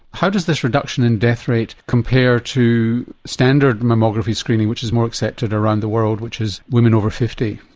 how does this reduction in death rate compare to standard mammography screening which is more accepted around the world, which is women over fifty?